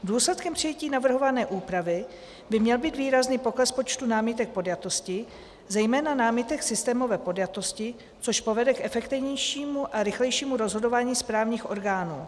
Důsledkem přijetí navrhované úpravy by měl být výrazný pokles námitek podjatosti, zejména námitek systémové podjatosti, což povede k efektivnějšímu a rychlejšímu rozhodování správních orgánů.